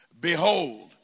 Behold